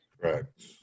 Correct